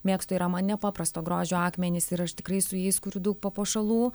mėgstu yra man nepaprasto grožio akmenys ir aš tikrai su jais kuriu daug papuošalų